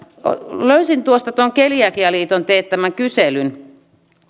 löysin tuosta tuosta keliakialiiton teettämän kyselyn